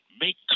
make